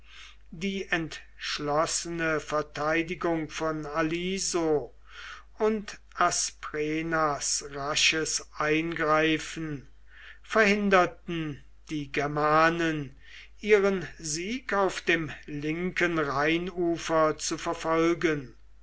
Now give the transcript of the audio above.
die entschlossene verteidigung von aliso und asprenas rasches eingreifen verhinderten die germanen ihren sieg auf dem linken rheinufer zu verfolgen